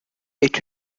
est